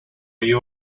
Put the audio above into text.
you